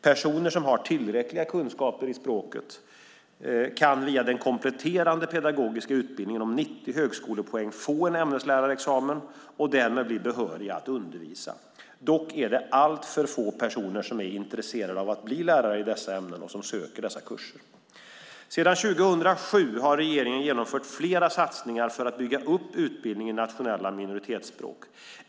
Personer som har tillräckliga kunskaper i språket kan via den kompletterande pedagogiska utbildningen om 90 högskolepoäng få en ämneslärarexamen och därmed bli behöriga att undervisa. Dock är det alltför få personer som är intresserade av att bli lärare i dessa ämnen. Sedan 2007 har regeringen genomfört flera satsningar för att bygga upp utbildning i nationella minoritetsspråk.